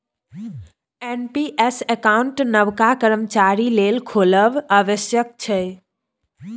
NPS account नबका कर्मचारी लेल खोलब आबश्यक छै